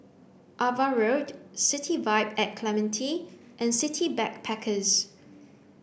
Ava Road City Vibe at Clementi and City Backpackers